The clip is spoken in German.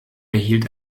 erhielt